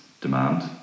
demand